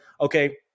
okay